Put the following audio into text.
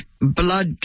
blood